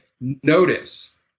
Notice